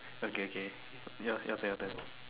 okay okay yours your turn your turn